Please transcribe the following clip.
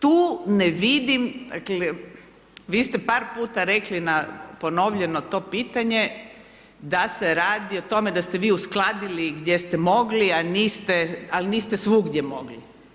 Tu ne vidim, dakle, vi ste par puta rekli na ponovljeno to pitanje, da ste radi o tome da ste vi uskladili gdje ste mogli, a niste, ali niste svugdje mogli.